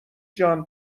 جان